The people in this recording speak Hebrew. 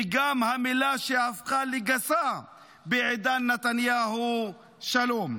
וגם המילה שהפכה לגסה בעידן נתניהו, "שלום"